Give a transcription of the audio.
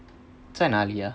在哪里啊